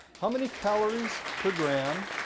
how many calories per gram